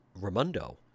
Raimondo